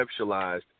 conceptualized